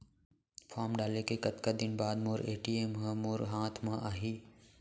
Form डाले के कतका दिन बाद मोर ए.टी.एम ह मोर हाथ म आही?